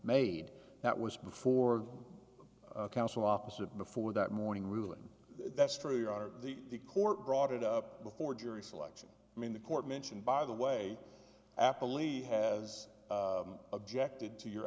made that was before the council opposite before that morning really that's true your honor the court brought it up before jury selection i mean the court mentioned by the way apple e has objected to your